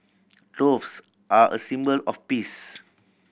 doves are a symbol of peace